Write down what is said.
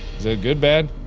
that good bad?